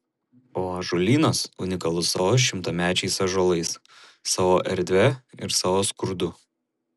o ąžuolynas unikalus savo šimtamečiais ąžuolais savo erdve ir savo skurdu